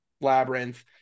Labyrinth